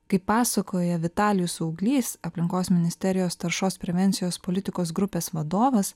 kaip pasakoja vitalijus auglys aplinkos ministerijos taršos prevencijos politikos grupės vadovas